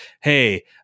hey